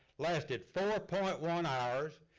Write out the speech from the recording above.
lasted four point one hours.